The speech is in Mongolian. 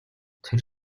тэр